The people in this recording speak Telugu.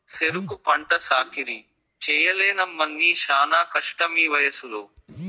సెరుకు పంట సాకిరీ చెయ్యలేనమ్మన్నీ శానా కష్టమీవయసులో